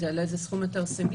זה יעלה סכום יותר סמלי,